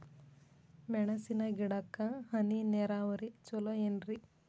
ಮೆಣಸಿನ ಗಿಡಕ್ಕ ಹನಿ ನೇರಾವರಿ ಛಲೋ ಏನ್ರಿ?